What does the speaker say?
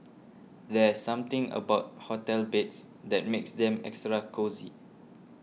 there's something about hotel beds that makes them extra cosy